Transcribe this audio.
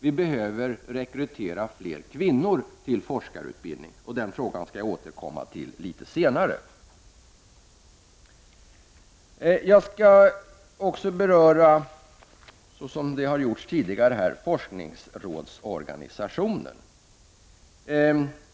Vi behöver rekrytera fler kvinnor till forskarutbildningen. Jag skall återkomma till denna fråga litet senare. Jag skall också, som andra har gjort här tidigare, beröra forskningsrådsorganisationen.